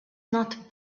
not